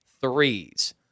threes